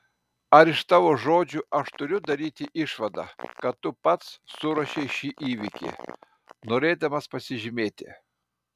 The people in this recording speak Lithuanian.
ar iš tavo žodžių aš turiu daryti išvadą kad tu pats suruošei šį įvykį norėdamas pasižymėti